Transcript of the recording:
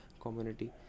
community